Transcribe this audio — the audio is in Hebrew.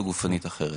או גופנית אחרת